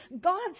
god